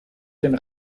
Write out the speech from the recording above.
den